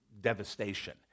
devastation